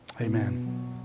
Amen